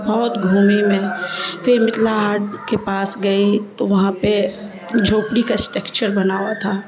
بہت گھوم میں پھر متھلا ہاٹ کے پاس گئی تو وہاں پہ جھوپڑی کا اسٹرکچر بنا ہوا تھا